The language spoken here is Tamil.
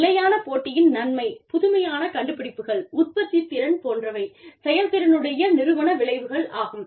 நிலையான போட்டியின் நன்மை புதுமையான கண்டுபிடிப்புகள் உற்பத்தித்திறன் போன்றவை செயல்திறனுடைய நிறுவன விளைவுகள் ஆகும்